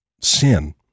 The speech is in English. sin